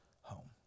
home